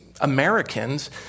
Americans